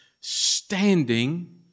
standing